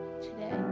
Today